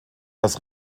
das